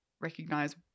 recognize